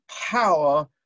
power